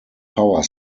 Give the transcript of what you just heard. power